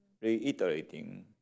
reiterating